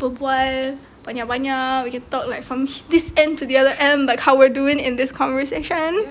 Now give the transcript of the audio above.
berbual banyak-banyak we can talk like this end to the other end like how we're doing in this conversation